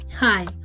Hi